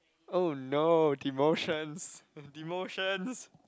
oh no demotions of demotions